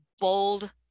bold